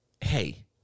hey